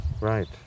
Right